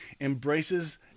embraces